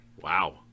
Wow